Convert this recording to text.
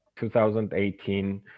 2018